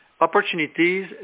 opportunities